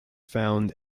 found